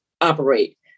operate